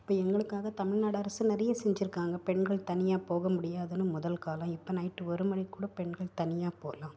இப்போ எங்களுக்காக தமிழ்நாடு அரசு நிறைய செஞ்சிருக்காங்க பெண்கள் தனியாக போக முடியாதுன்னு முதல் காலம் இப்போ நைட்டு ஒரு மணிக்கு கூட பெண்கள் தனியாக போகலாம்